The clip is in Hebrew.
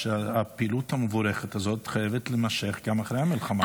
שהפעילות המבורכת הזאת חייבת להימשך גם אחרי המלחמה.